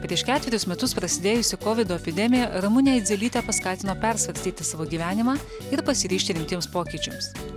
prieš ketverius metus prasidėjusi kovido epidemija ramunę eidzelytę paskatino persvarstyti savo gyvenimą ir pasiryžti rimtiems pokyčiams